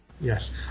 Yes